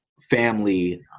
family